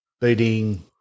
beating –